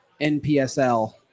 NPSL